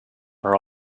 are